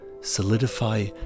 solidify